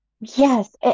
yes